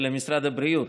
אלא משרד הבריאות.